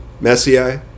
Messiah